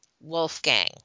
Wolfgang